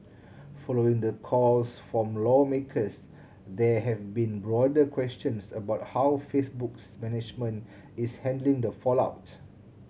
following the calls from lawmakers there have been broader questions about how Facebook's management is handling the fallout